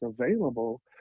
available